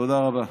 תודה רבה.